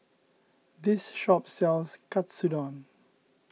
this shop sells Katsudon